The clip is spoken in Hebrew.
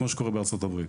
כמו שקורה בארצות הברית,